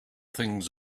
things